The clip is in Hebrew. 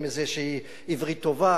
עם עברית טובה,